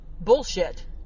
bullshit